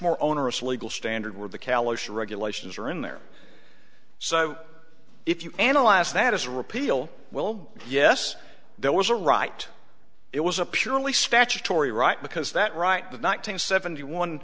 more onerous legal standard where the callous regulations are in there so if you analyze that as a repeal will yes there was a right it was a purely spatula tory right because that right that not being seventy one